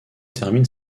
termine